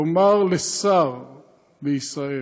לומר לשר בישראל,